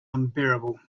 unbearable